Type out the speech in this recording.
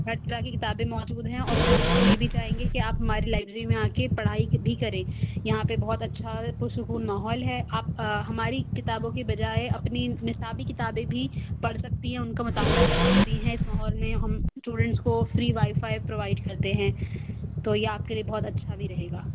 ہر طرح کی کتابیں موجود ہیں اور ہم تو یہ بھی چاہیں گے کہ آپ ہماری لائبریری میں آ کے پڑھائی بھی کریں یہاں پہ بہت اچھا پُر سکون ماحول ہے آپ ہماری کتابوں کے بجائے اپنی نصبی کتابیں بھی پڑھ سکتی ہیں اُن کا مطالعہ کر سکتی ہیں اِس ماحول میں ہم اسٹوڈینٹس کو فری وائی فائی پرووائڈ کرتے ہیں تو یہ آپ کے لیے بہت اچھا بھی رہے گا